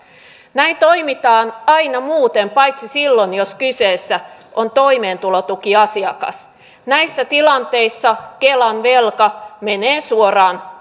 näin toimitaan aina muuten paitsi silloin jos kyseessä on toimeentulotukiasiakas näissä tilanteissa kelan velka menee suoraan